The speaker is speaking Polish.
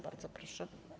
Bardzo proszę.